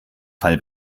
fall